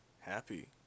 happy